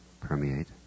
permeate